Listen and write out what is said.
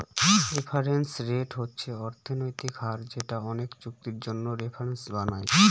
reference rate হচ্ছে অর্থনৈতিক হার যেটা অনেকে চুক্তির জন্য রেফারেন্স বানায়